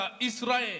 Israel